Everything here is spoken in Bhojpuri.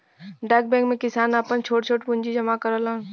डाक बैंक में किसान आपन छोट छोट पूंजी जमा करलन